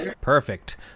perfect